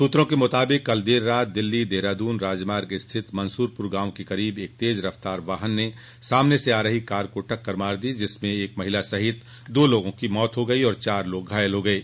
सूत्रों के मुताबिक कल देर रात दिल्ली देहरादून राजमार्ग स्थित मंसूरपुर गांव के करीब एक तेज रफ़्तार वाहन ने सामने से आ रही कार को टक्कर मार दी जिसमें एक महिला सहित दो लोगों की मौत हो गई और चार लोग घायल हो गये